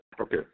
okay